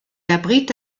abrite